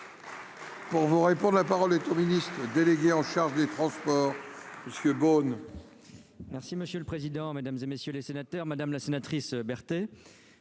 Pour vous répondre, la parole est au ministre délégué en charge des transports Monsieur bonne.